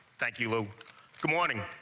thank you, lou good morning